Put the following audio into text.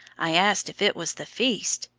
i asked if it was the feast,